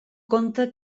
compte